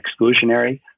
exclusionary